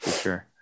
sure